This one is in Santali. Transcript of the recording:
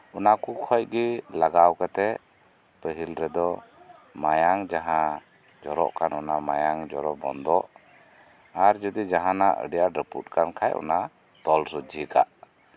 ᱚᱱᱟ ᱠᱚ ᱠᱷᱚᱱ ᱜᱮ ᱞᱟᱜᱟᱣ ᱠᱟᱛᱮᱫ ᱯᱟᱹᱦᱤᱞ ᱨᱮᱫᱚ ᱢᱟᱭᱟᱝ ᱡᱟᱸᱦᱟ ᱡᱚᱨᱚᱜ ᱠᱟᱱ ᱚᱱᱟ ᱢᱟᱭᱟᱝ ᱡᱚᱨᱚ ᱵᱚᱱᱫᱚᱜ ᱟᱨ ᱡᱚᱫᱤ ᱡᱟᱸᱦᱟᱱᱟᱜ ᱟᱹᱰᱤ ᱟᱸᱴ ᱨᱟᱹᱯᱩᱫ ᱠᱟᱱ ᱠᱷᱟᱱ ᱚᱱᱟ ᱛᱚᱞ ᱥᱡᱷᱮ ᱠᱟᱜ